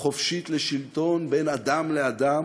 חופשית לשלטון, בין אדם לאדם.